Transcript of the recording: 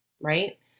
right